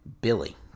Billy